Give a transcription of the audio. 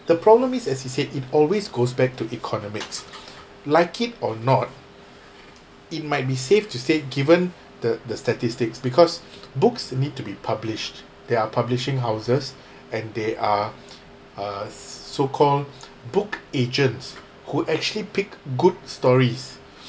the problem is as he said it always goes back to economics like it or not it might be safe to say given the the statistics because books need to be published there are publishing houses and they are uh so called book agents who actually pick good stories